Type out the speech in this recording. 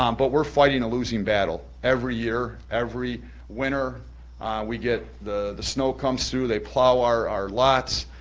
um but we're fighting a losing battle. every year, every winter we get the the snow comes through, they plow our our lots,